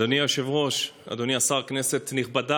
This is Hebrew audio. אדוני היושב-ראש, אדוני השר, כנסת נכבדה,